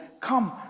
come